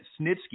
Snitsky